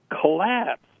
collapse